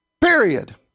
Period